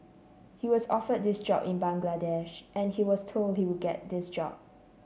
he was offered this job in Bangladesh and he was told he would get this job